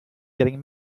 getting